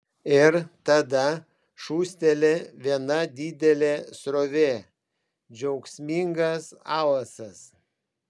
ir tada šūsteli viena didelė srovė džiaugsmingas alasas